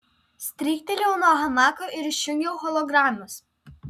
stryktelėjau nuo hamako ir išjungiau hologramas